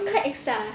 it's quite ex lah